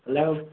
hello